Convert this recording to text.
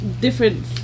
different